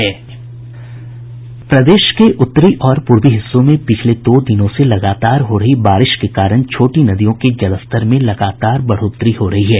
प्रदेश के उत्तरी और पूर्वी हिस्सों में पिछले दो दिनों से लगातार हो रही बारिश के कारण छोटी नदियों के जलस्तर में लगातार बढ़ोतरी हो रही है